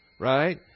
right